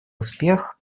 успех